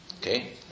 Okay